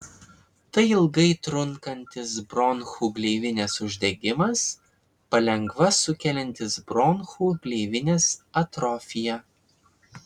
tai ilgai trunkantis bronchų gleivinės uždegimas palengva sukeliantis bronchų gleivinės atrofiją